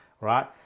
right